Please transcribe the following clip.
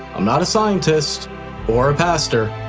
i'm not a scientist or a pastor,